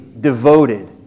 devoted